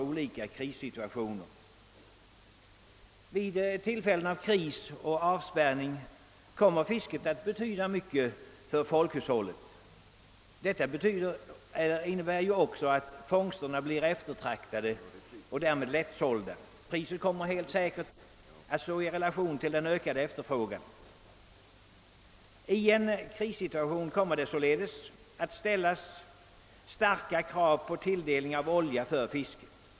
Vid tillfällen av kris och avspärrning kommer fisket att betyda mycket för folkhushållet. Detta innebär ju också att fångsterna blir eftertraktade och därmed lättsålda. Pri set kommer helt säkert att stå i relation till den ökade efterfrågan. I en krissituation kommer det således att ställas starka krav på tilldelning av olja för fisket.